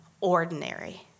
ordinary